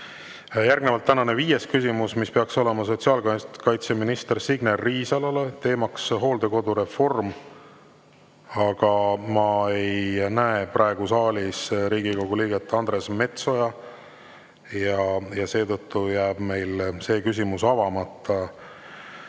tänane viies küsimus, mis peaks olema sotsiaalkaitseminister Signe Riisalole, teemaks hooldekodureform. Aga ma ei näe praegu saalis Riigikogu liiget Andres Metsoja ja seetõttu jääb see küsimus avamata.